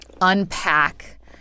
unpack